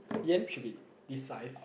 yam should be this size